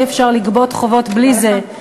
אי-אפשר לגבות חובות בלי זה,